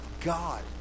God